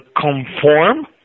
conform